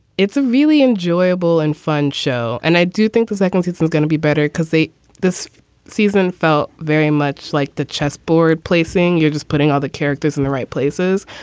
it's a really enjoyable and fun show. and i do think the second season is going to be better because they this season felt very much like the chess board placing you're just putting all the characters in the right places.